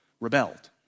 rebelled